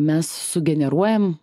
mes sugeneruojam